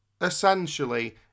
Essentially